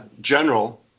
General